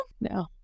No